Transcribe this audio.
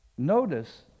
Notice